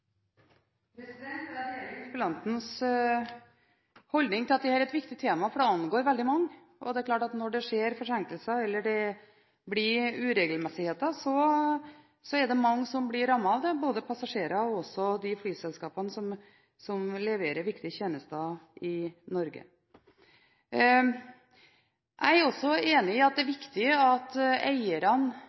et viktig tema, for det angår veldig mange. Det er klart at når det skjer forsinkelser eller det blir uregelmessigheter, er det mange som blir rammet av det – både passasjerer og de flyselskapene som leverer viktige tjenester i Norge. Jeg er også enig i at det er viktig at eierne